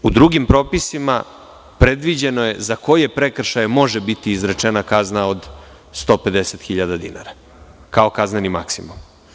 U drugim propisima predviđeno je za koje prekršaje može biti izrečena kazna od 150 hiljada dinara kao kazneni maksimum.